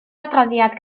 adroddiad